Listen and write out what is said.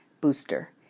Booster